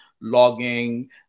logging